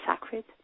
Sacred